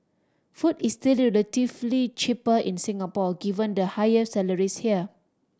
food is still relatively cheaper in Singapore given the higher salaries here